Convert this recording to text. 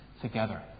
together